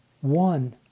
one